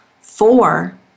Four